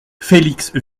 félix